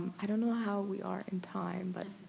i don't know how we are in time, but